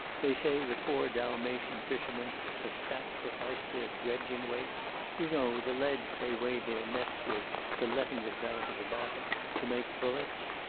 they say the poor dalmatian fishermen have sacrificed their dredging weights you know the leads they weigh their nets with for letting them down to the bottom to make bullets!